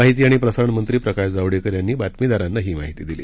माहिती आणि प्रसारण मंत्री प्रकाश जावडेकर यांनी बातमीदारांना ही माहिती दिली